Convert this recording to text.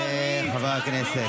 חברי הכנסת.